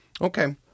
Okay